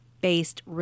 based